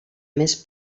més